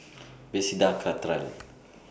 Bethesda Cathedral